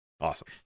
Awesome